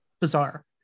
bizarre